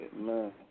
Man